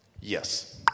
Yes